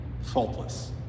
faultless